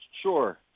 sure